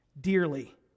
dearly